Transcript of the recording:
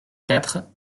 quatre